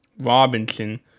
Robinson